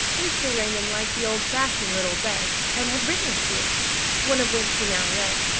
mr. raymond liked the old-fashioned riddle best, and had written a few one of which he now read.